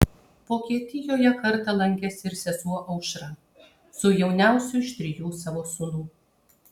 vokietijoje kartą lankėsi ir sesuo aušra su jauniausiu iš trijų savo sūnų